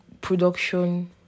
production